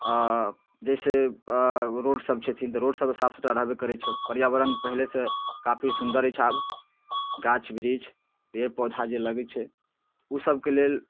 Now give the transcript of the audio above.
अऽ जाहिसँ अऽ रोडसब छथिन तऽ रोडसब तऽ साफ सुथरा रहबे करै छै पर्यावरण पहिलेसँ काफी सुन्दर अछि आब गाछ बिरिछ पेड़ पौधा जे लगै छै ओ सबके लेल